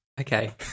Okay